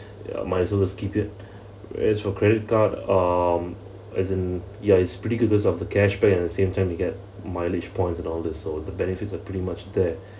ya might as well just keep it whereas for credit card um as in yeah it's pretty goodness of the cashback and at the same time we get mileage points and all the so the benefits are pretty much there